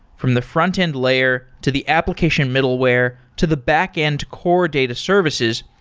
from the front-end layer to the application middleware to the backend core data services,